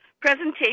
presentation